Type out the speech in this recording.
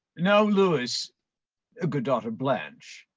now lewis ah good daughter blanch,